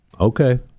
Okay